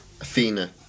athena